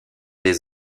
des